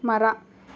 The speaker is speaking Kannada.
ಮರ